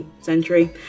century